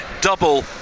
double